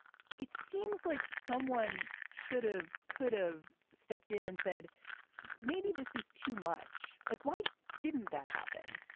it seems like someone should've could have stepped in and said maybe this is too much like, why didn't that happen?